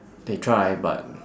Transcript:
they try but